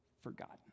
forgotten